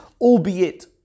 albeit